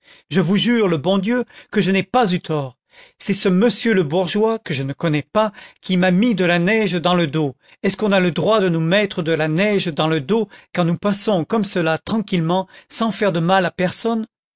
je vous jure le bon dieu que je n'ai pas eu tort c'est ce monsieur le bourgeois que je ne connais pas qui m'a mis de la neige dans le dos est-ce qu'on a le droit de nous mettre de la neige dans le dos quand nous passons comme cela tranquillement sans faire de mal à personne